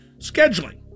scheduling